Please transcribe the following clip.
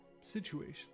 situation